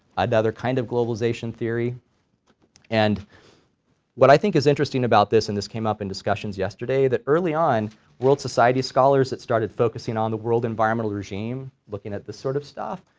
another kind of globalization theory and what i think is interesting about this, and this came up in discussions yesterday, that early on world society scholars that started focusing on the world environmental regime looking at this sort of stuff,